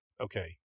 okay